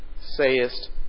sayest